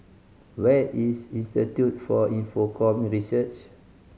where is Institute for Infocomm Research